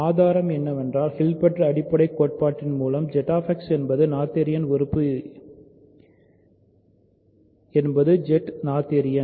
ஆதாரம் என்னவென்றால் ஹில்பர்ட் அடிப்படைக் கோட்பாட்டின் மூலம் ZX என்பது நொத்தேரியன் உறுப்பு என்பது Z நொத்தேரியன்